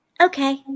Okay